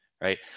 Right